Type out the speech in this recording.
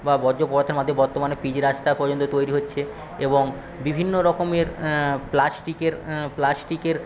বা বর্জ্য পদার্থের মাধ্যমে বর্তমানে পিচ রাস্তা পর্যন্ত তৈরি হচ্ছে এবং বিভিন্ন রকমের প্লাস্টিকের প্লাস্টিকের